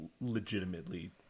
legitimately